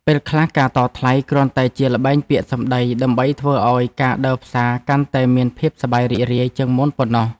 ពេលខ្លះការតថ្លៃគ្រាន់តែជាល្បែងពាក្យសម្ដីដើម្បីធ្វើឱ្យការដើរផ្សារកាន់តែមានភាពសប្បាយរីករាយជាងមុនប៉ុណ្ណោះ។